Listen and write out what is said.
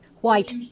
white